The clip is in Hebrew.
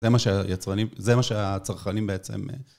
זה מה שהיצרנים, זה מה שהצרכנים בעצם...